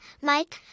Mike